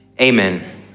Amen